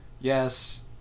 yes